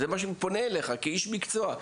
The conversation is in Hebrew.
אני פונה אליך כאיש מקצוע.